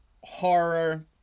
horror